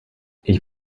ich